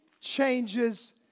changes